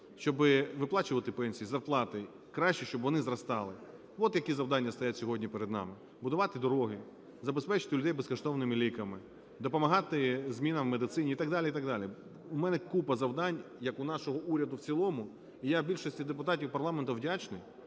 щоби виплачувати пенсії, зарплати, краще, щоб вони зростали. От які завдання стоять сьогодні перед нами: будувати дороги, забезпечити людей безкоштовними ліками, допомагати змінами в медицині і так далі і так далі. В мене купа завдань, як у нашого уряду в цілому. Я більшості депутатів парламенту вдячний,